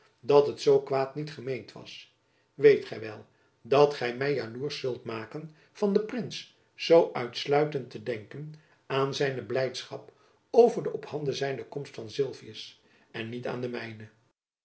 dat het zoo kwaad niet gemeend was weet gy wel dat gy my jaloersch zult maken van den prins zoo uitsluitend te denken aan zijne blijdschap over de ophanden zijnde komst van sylvius en niet aan de mijne